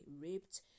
raped